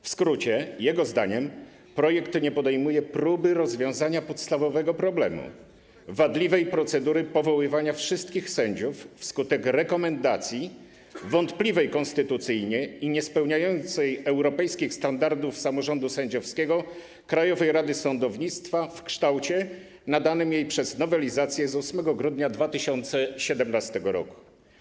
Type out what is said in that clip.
W skrócie: jego zdaniem projekt nie podejmuje próby rozwiązania podstawowego problemu - wadliwej procedury powoływania wszystkich sędziów wskutek rekomendacji wątpliwej konstytucyjnie i niespełniającej europejskich standardów samorządu sędziowskiego Krajowej Rady Sądownictwa w kształcie nadanym jej przez nowelizację z 8 grudnia 2017 r.